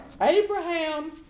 Abraham